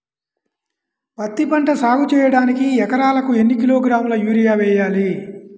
పత్తిపంట సాగు చేయడానికి ఎకరాలకు ఎన్ని కిలోగ్రాముల యూరియా వేయాలి?